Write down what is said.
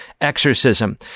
exorcism